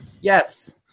Yes